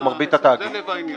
זה לב העניין.